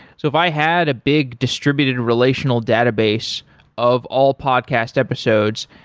so if i had a big distributed relational database of all podcast episodes,